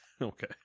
okay